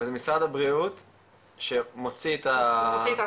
אבל זה משרד הבריאות שמוציא את ההכרזה?